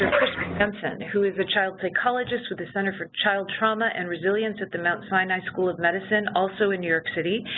branson who is a child psychologist with the center for child trauma and resilience at the mount sinai school of medicine, also in new york city.